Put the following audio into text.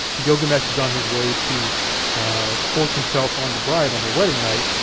gilgamesh is on his way to force himself on the bride on her wedding night,